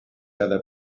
other